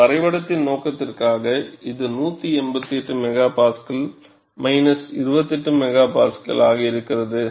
இந்த வரைபடத்தின் நோக்கத்திற்காக இது 188 MPa 28 MPa ஆக இருக்கிறது